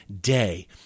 day